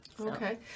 okay